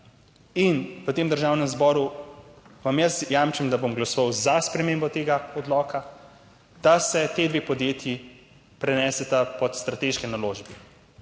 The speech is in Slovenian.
V tem državnem zboru vam jaz jamčim, da bom glasoval za spremembo tega odloka, da se ti dve podjetji preneseta pod strateške naložbe.